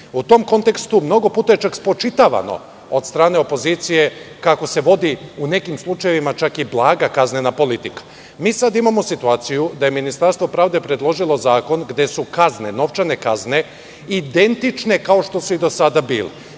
tom kontekstu mnogo puta je spočitavano od strane opozicije kako se vodi, u nekim slučajevima, blaga kaznena politika. Sada imamo situaciju da je Ministarstvo pravde predložilo zakon gde su novčane kazne identične kao što su i do sada bile,